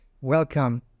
Welcome